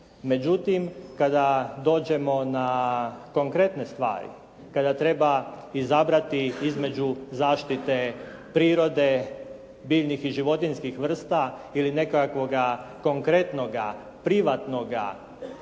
Međutim, kada dođemo na konkretne stvari, kada treba izabrati između zaštite prirode, biljnih i životinjskih vrsta ili nekakvoga konkretnoga privatnoga interesa,